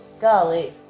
golly